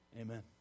Amen